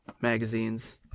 magazines